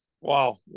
wow